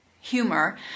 humor